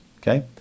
Okay